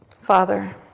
Father